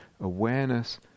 awareness